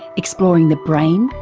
exploring the brain,